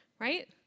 right